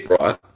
right